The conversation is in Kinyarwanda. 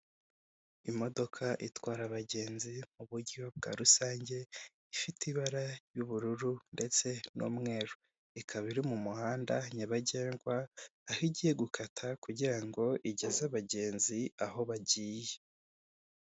Imodoka itwara abagenzi mu buryo bwa rusange ifite ibara ry'ubururu ndetse n'umweru, ikaba iri mu muhanda nyabagendwa aho igiye gukata kugira ngo igeze abagenzi aho bagiye.